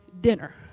dinner